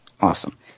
Awesome